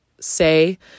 say